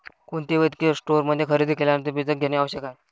कोणत्याही वैद्यकीय स्टोअरमध्ये खरेदी केल्यानंतर बीजक घेणे आवश्यक आहे